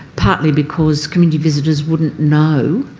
partly because community visitors wouldn't know,